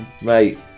mate